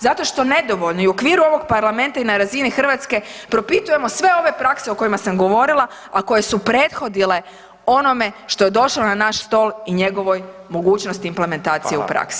Zato što nedovoljno, i u okviru ovog Parlamenta i na razini Hrvatske propitujemo sve ove prakse o kojima sam govorila, a koje su prethodile onome što je došlo na naš stol i njegovoj mogućnosti implementacije u praksi.